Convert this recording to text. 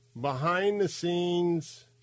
behind-the-scenes